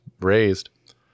raised